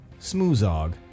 Smoozog